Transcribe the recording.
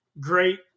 great